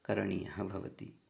करणीयः भवति